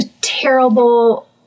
terrible